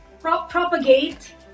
propagate